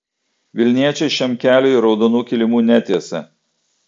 vilniečiai šiam keliui raudonų kilimų netiesė